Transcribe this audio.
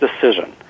decision